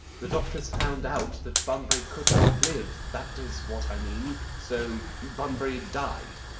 the doctors found out that bunbury could not live, that is what i mean so bunbury died.